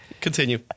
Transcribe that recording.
Continue